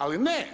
Ali ne,